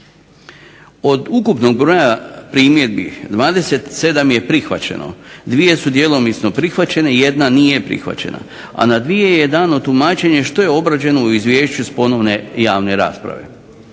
Od ukupnog broja primjedbi 27 je prihvaćeno, dvije su djelomično prihvaćene, jedna nije prihvaćena, a na dvije je dano tumačenje što je obrađeno u izvješću s ponovne javne rasprave.